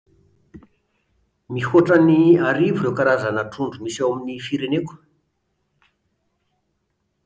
Mihoatra ny arivo ireo karazana trondro misy ao amin'ny fireneko